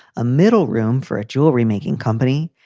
a middle room for a jewelry making company,